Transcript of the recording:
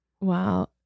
Wow